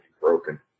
broken